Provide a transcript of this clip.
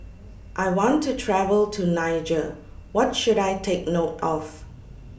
I want to travel to Niger What should I Take note of